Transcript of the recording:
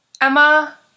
Emma